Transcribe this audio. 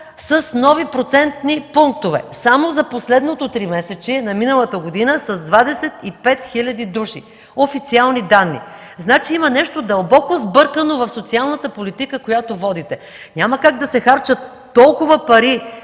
с нови процентни пунктове – само за последното тримесечие на миналата година с 25 000 души, официални данни. Значи има нещо дълбоко сбъркано в социалната политика, която водите. Няма как да се харчат толкова пари